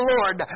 Lord